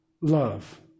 love